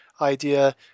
idea